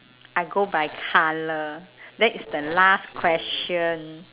I go by colour that is the last question